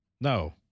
No